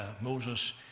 Moses